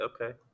okay